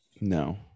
No